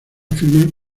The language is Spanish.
afirman